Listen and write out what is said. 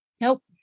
Nope